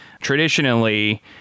Traditionally